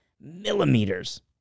millimeters